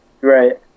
Right